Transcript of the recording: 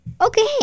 Okay